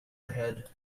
ahead